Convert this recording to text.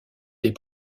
des